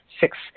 six